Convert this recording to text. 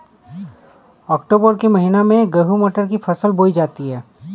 अक्टूबर के महीना में गेहूँ मटर की फसल बोई जाती है